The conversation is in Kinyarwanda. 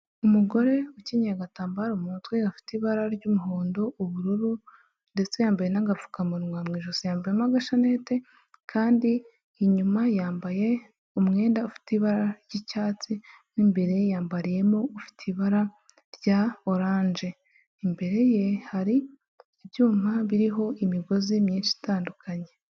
Umugore ukenyeye agatambaro mu mutwe gafite ibara ry'umuhondo, ubururu ndetse yambaye n'agapfukamunwa mu ijosi, yambayemo agashanete kandi inyuma yambaye umwenda ufite ibara ry'icyatsi n'imbere mo imbere yambariyemo ufite ibara rya oranje, imbere ye hari ibyuma biriho imigozi myinshi itandukanye.